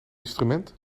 instrument